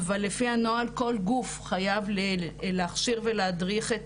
אבל לפי הנוהל כל גוף חייב להכשיר ולהדריך את